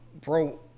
Bro